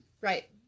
Right